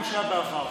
כמו שהיה בעבר.